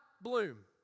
bloom